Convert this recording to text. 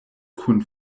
kun